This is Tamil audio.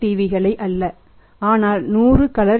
க்களை அல்ல ஆனால் 100 வண்ணங்கள் டி